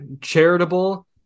charitable